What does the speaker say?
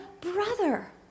Brother